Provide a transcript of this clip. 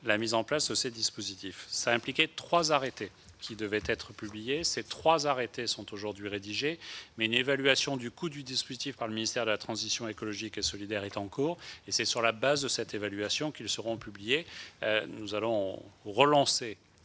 l'article 28 de la loi que vous avez citée. Trois arrêtés devaient être publiés. Ces trois arrêtés sont aujourd'hui rédigés, mais une évaluation du coût du dispositif par le ministère de la transition écologique et solidaire est en cours. C'est sur le fondement de cette évaluation qu'ils seront publiés. Nous allons relancer